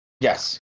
Yes